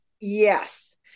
Yes